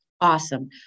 awesome